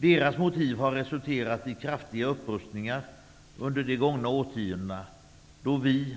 Deras motiv har resulterat i kraftiga upprustningar under de gångna årtiondena, då vi